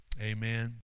Amen